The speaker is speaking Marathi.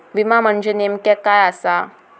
विमा म्हणजे नेमक्या काय आसा?